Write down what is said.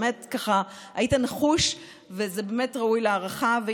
באמת היית נחוש, וזה באמת ראוי להערכה.